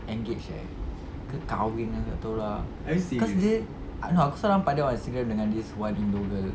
engaged eh ke kahwin tak tahu lah cause dia I don't know aku selalu nampak dia on Instagram dengan this one indo girl